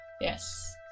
Yes